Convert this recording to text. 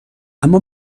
اما